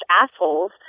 assholes